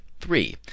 three